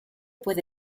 puede